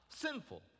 sinful